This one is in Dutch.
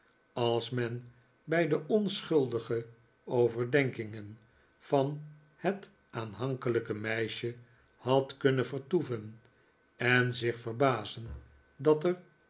als men bij de onschuldige overdenkingen van het aanhankelijke meisje had kunnen vertoeven en zich verbazen dat er